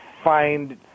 find